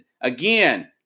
Again